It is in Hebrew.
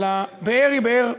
אבל הבאר היא באר,